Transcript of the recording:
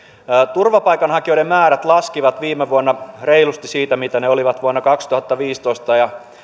turvapaikanhakijoiden määrät laskivat viime vuonna reilusti siitä mitä ne olivat vuonna kaksituhattaviisitoista ja